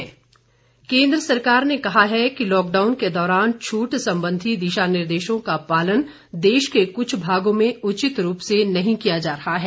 अनिवार्य वस्तुएं केन्द्र सरकार ने कहा है कि लॉकडाउन के दौरान छूट संबंधी दिशा निर्देशों का पालन देश के कुछ भागों में उचित रूप से नहीं किया जा रहा है